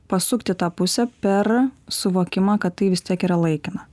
pasukti tą pusę per suvokimą kad tai vis tiek yra laikina